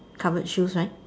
covered shoes right